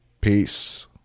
Peace